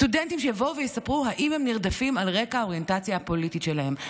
שיבואו ויספרו אם הם נרדפים על רקע האוריינטציה הפוליטית שלהם.